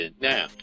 Now